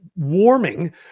Warming